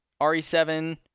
RE7